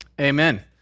Amen